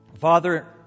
Father